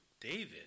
David